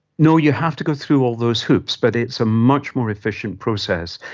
no, you have to go through all those hoops, but it's a much more efficient process.